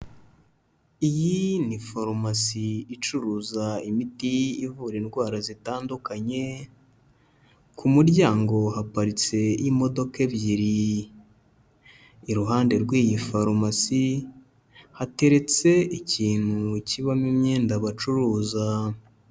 Iyi ni forumasi icuruza imiti ivura indwara zitandukanye, ku muryango haparitse imodoka ebyiri, iruhande rw'iyi farumasi hateretse ikintu kibamo imyenda bacuruza.